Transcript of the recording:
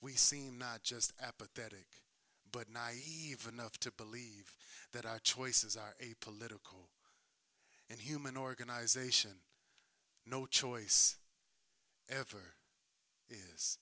we seem not just apathetic but naive enough to believe that our choices are a political and human organization no choice ever